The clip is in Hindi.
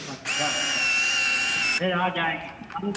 अच्छा अच्छा फिर आ जाएंगे हम